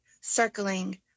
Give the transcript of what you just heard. circling